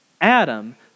Adam